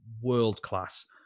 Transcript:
world-class